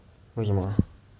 为什么